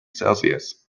celsius